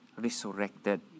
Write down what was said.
resurrected